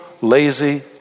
lazy